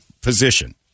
position